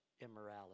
immorality